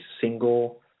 single